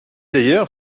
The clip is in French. d’ailleurs